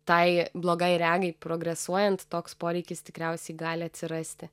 tai blogai regai progresuojant toks poreikis tikriausiai gali atsirasti